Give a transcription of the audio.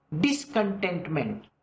discontentment